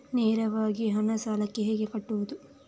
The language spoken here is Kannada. ನೇರವಾಗಿ ಹಣ ಸಾಲಕ್ಕೆ ಹೇಗೆ ಕಟ್ಟುವುದು?